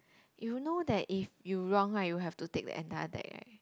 you know that if you wrong right you have to take the entire deck right